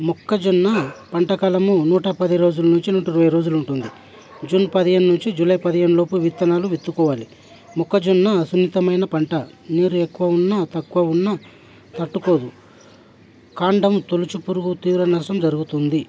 మొక్కజొన్న పంటకాలం నూట పది రోజుల నుంచి నూట ఇరవై రోజులు ఉంటుంది జూన్ పదిహేను నుంచి జూలై పదిహేను లోపు విత్తనాలు విత్తుకోవాలి మొక్కజొన్న సున్నితమైన పంట నీళ్ళు ఎక్కువ ఉన్నా తక్కువ ఉన్నతట్టుకోదు కాండం తొలచు పురుగు తీవ్ర నష్టం జరుగుతుంది